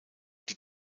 die